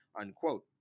unquote